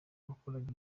abakoraga